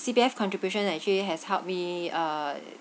C_P_F contribution actually has helped me uh